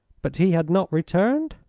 but he had not returned?